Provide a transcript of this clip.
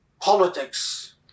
politics